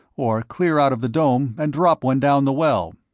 or clear out of the dome and drop one down the well.